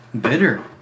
Bitter